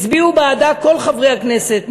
הצביעו בעדה כל חברי הכנסת,